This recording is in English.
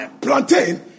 plantain